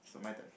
so my turn